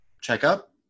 checkup